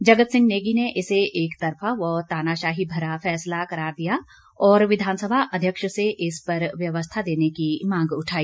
जगत सिंह नेगी ने इसे एकतरफा व तानाशाही भरा फैसला करार दिया और विधानसभा अध्यक्ष से इस पर व्यवस्था देने की मांग उठाई